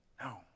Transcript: No